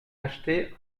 acheté